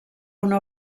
una